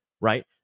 Right